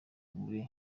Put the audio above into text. muri